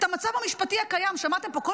לגבי המצב המשפטי הקיים שמעתם פה כל